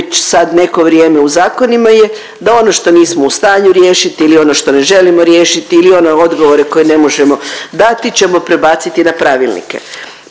već sad neko vrijeme u zakonima je da ono što nismo u stanju riješili ili ono što ne želimo riješiti ili one odgovore koje ne možemo dati ćemo prebaciti na pravilnike,